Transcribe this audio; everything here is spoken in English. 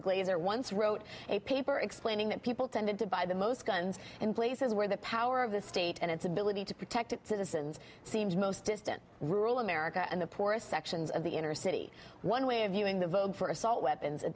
glaeser once wrote a paper explaining that people tended to buy the most guns in places where the power of the state and its ability to protect citizens seems most distant rural america and the poorest sections of the inner city one way of viewing the vogue for assault weapons and